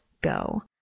go